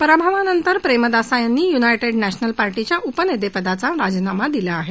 पराभवानंतर प्रेमदासा यांनी युनायटेड नध्मिल पार्टीच्या उपनेतेपदाचा राजीनामा दिला आहे